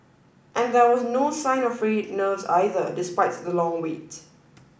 and there was no sign of frayed nerves either despite the long wait